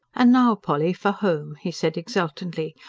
and now, polly, for home! he said exultantly,